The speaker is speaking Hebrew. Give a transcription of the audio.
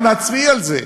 בואו נצביע על זה.